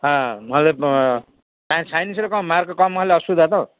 ହଁ ନହଲେ ସାଇନ୍ସରେ କ'ଣ ମାର୍କ କମ୍ ହେଲେ ଅସୁବିଧା ତ